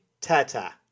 Tata